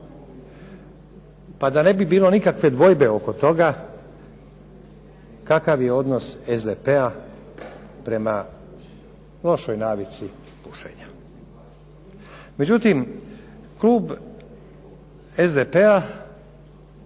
Pa da ne bi bilo nikakve dvojbe oko toga kakav je odnos SDP-a prema lošoj navici pušenja. Međutim, klub SDP-a